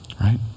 right